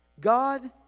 God